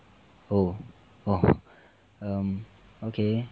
oh orh um okay